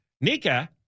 Nika